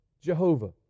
Jehovah